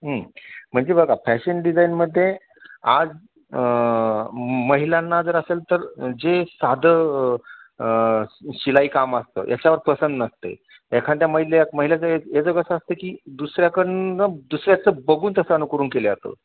म्हणजे बघा फॅशन डिझाईनमध्ये आज महिलांना जर असेल तर जे साधं शिलाई काम असतं याच्यावर पसंद नसते एखाद्या महिला महिला ते याचं कसं असतं की दुसऱ्याकडून दुसऱ्याचं बघून त्याचं अनुकरण केले जातं